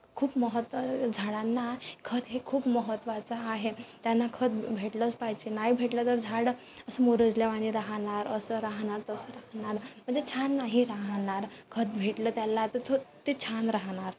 खूप महत्त्व झाडांना खत हे खूप महत्त्वाचं आहे त्यांना खत भेटलंच पाहिजे नाही भेटलं तर झाडं असं मुरजल्यावानी राहणार असं राहणार तसं राहणार म्हणजे छान नाही राहणार खत भेटलं त्याला तर थो ते छान राहणार